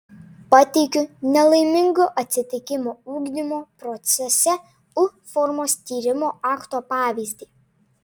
pateikiu nelaimingo atsitikimo ugdymo procese u formos tyrimo akto pavyzdį